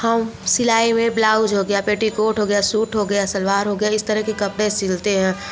हाँ सिलाई में ब्लाउज हो गया पेटिकोट हो गया सूट हो गया सलवार हो गया इस तरह के कपड़े सिलते हैं